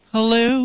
Hello